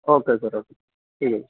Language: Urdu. اوکے سر اوکے ٹھیک